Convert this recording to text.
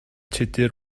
tudur